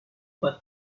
but